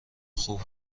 خوب